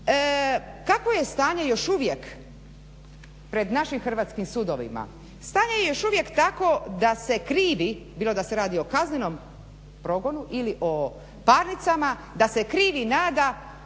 Kakvo je stanje još uvijek pred našim hrvatskim sudovima,